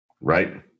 right